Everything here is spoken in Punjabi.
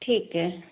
ਠੀਕ ਐ